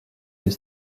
des